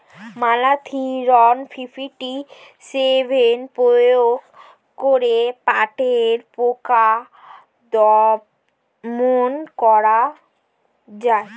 Malathion fifty seven প্রয়োগ করে পাটের পোকা দমন করা যায়?